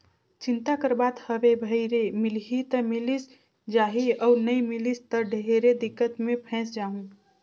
चिंता कर बात हवे भई रे मिलही त मिलिस जाही अउ नई मिलिस त ढेरे दिक्कत मे फंयस जाहूँ